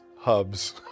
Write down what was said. hubs